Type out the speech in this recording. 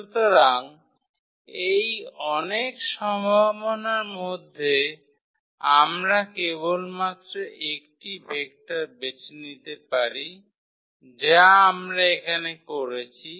সুতরাং এই অনেক সম্ভাবনার মধ্যে আমরা কেবলমাত্র একটি ভেক্টর বেছে নিতে পারি যা আমরা এখানে করেছি